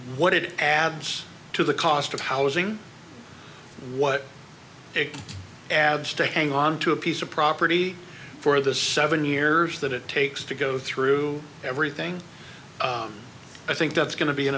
what it adds to the cost of housing what it adds to hang on to a piece of property for the seven years that it takes to go through everything i think that's going to be an